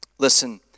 Listen